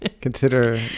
consider